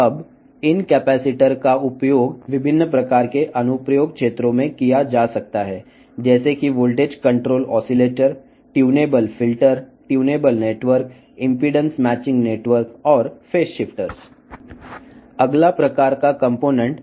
ఇప్పుడు ఈ కెపాసిటర్లను వోల్టేజ్ కంట్రోల్ ఆసిలేటర్ ట్యూనబుల్ ఫిల్టర్లు ట్యూనబుల్ నెట్వర్క్లు ఇంపెడెన్స్ మ్యాచింగ్ నెట్వర్క్లు మరియు ఫేజ్ షిఫ్టర్లు వంటి వివిధ అనువర్తన ప్రాంతాలలో ఉపయోగించవచ్చు